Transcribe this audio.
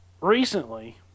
Recently